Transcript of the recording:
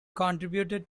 contributed